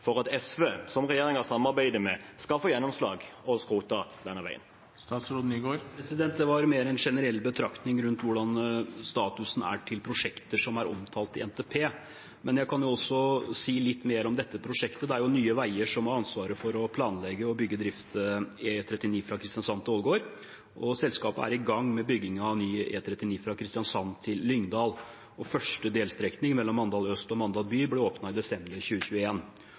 for at SV, som regjeringen samarbeider med, skal få gjennomslag og skrote denne veien? Det var mer en generell betraktning rundt hvordan statusen er for prosjekter som er omtalt i NTP, men jeg kan også si litt mer om dette prosjektet. Det er Nye Veier som har ansvaret for å planlegge, bygge og drifte E39 fra Kristiansand til Ålgård, og selskapet er i gang med byggingen av ny E39 fra Kristiansand til Lyngdal. Første delstrekning mellom Mandal øst og Mandal by ble åpnet i desember